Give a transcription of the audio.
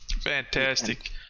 Fantastic